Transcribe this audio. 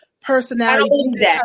personality